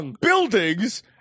buildings